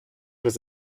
was